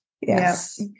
Yes